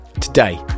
today